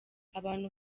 abantu